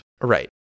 Right